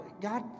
God